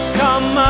come